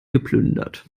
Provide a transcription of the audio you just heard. geplündert